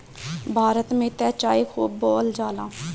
भारत में त चाय खूब बोअल जाला